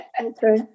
Okay